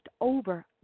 over